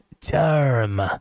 term